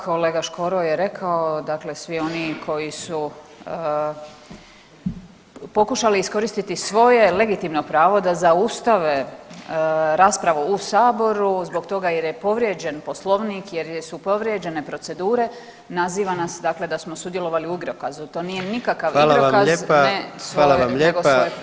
Kolega Škoro je rekao, dakle svi oni koji su pokušali iskoristiti svoje legitimno pravo da zaustave raspravu u Saboru, zbog toga jer je povrijeđen Poslovnik, jer su povrijeđene procedure, naziva nas, dakle da smo sudjelovali u igrokazu, to nije nikakav igrokaz [[Upadica: Hvala vam lijepa., hvala vam lijepa.]] nego svoje pravo.